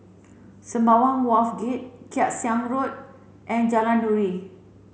Sembawang Wharves Gate Kay Siang Road and Jalan Nuri